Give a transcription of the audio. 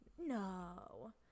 no